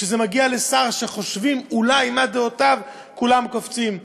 כשזה מגיע לשר שחושבים מה דעותיו, כולם קופצים.